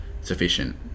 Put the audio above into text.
sufficient